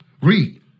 Read